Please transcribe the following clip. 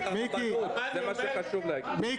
מחויב לדחות את תשלומי ההלוואות האלה לתום תקופת ההלוואה ללא שינוי